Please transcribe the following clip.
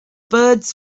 birds